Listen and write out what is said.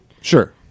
Sure